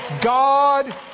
God